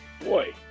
boy